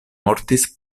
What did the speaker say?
mortis